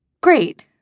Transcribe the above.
Great